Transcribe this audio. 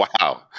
Wow